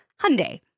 Hyundai